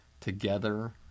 Together